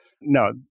no